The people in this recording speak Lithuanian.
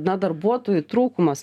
na darbuotojų trūkumas